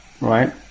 right